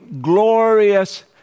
glorious